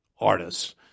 artists